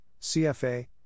CFA